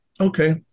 okay